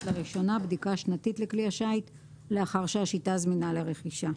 לראשונה בדיקה שנתית לכלי השיט לאחר שהשיטה זמינה לרכישה.